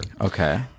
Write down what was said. Okay